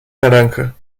naranja